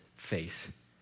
face